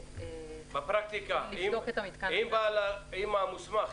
בפרקטיקה אם המוסמך,